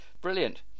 Brilliant